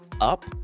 up